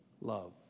Love